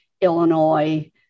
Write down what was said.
Illinois